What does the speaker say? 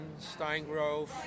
Steingrove